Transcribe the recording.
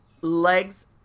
legs